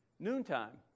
Noontime